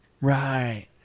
Right